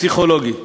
ערבי.